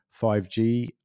5G